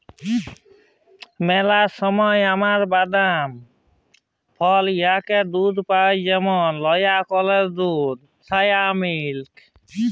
ম্যালা সময় আমরা বাদাম, ফল থ্যাইকে দুহুদ পাই যেমল লাইড়কেলের দুহুদ, সয়া মিল্ক